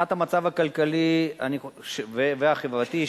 מבחינת המצב הכלכלי והחברתי,